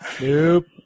Nope